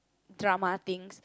drama things